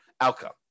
outcome